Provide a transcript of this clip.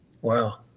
wow